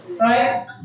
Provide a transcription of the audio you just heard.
Right